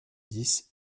dix